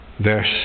Verse